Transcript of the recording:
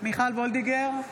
מיכל מרים וולדיגר,